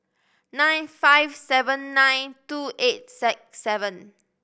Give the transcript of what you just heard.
nine five seven nine two eight six seven